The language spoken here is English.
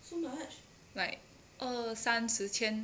like 二三四千